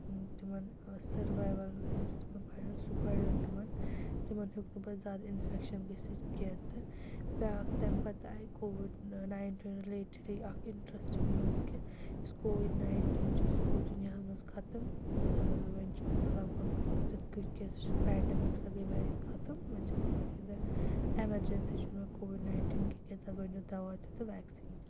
تِمَن سٔروایِوَل یُس تِمَن بَڑیو سُہ بَڑیو تِمَن تِمَن ہیوٚک نہٕ پَتہٕ زیادٕ اِنفٮ۪کشَن گٔژھِتھ کینٛہہ تہٕ بیٛاکھ تَمہِ پَتہٕ آیہِ کووِڈ نایِنٹیٖن رِلیٹِڈٕے اَکھ اِنٹرٛسٹِنٛگ نِوٕز کہِ یُس کووِڈ ناینٹیٖن چھُ سُہ گوٚو دُنیاہ منٛز ختٕم تہٕ وۄنۍ چھُنہٕ سُہ لَگ بَگ تِتھ کٔنۍ کینٛہہ سُہ چھِ پینٛڈیمِک سۄ گٔے واریاہ خَتم وۄنۍ اٮ۪مَرجَنسی چھُنہٕ مےٚ کووِڈ نایِنٹیٖن دَوا تہِ تہٕ ویٚکسیٖن